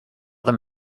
them